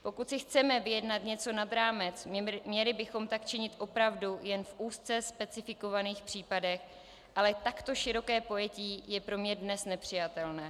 Pokud si chceme vyjednat něco nad rámec, měli bychom tak činit opravdu jen v úzce specifikovaných případech, ale takto široké pojetí je pro mne dnes nepřijatelné.